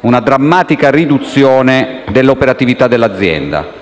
una drammatica riduzione dell'operatività dell'azienda.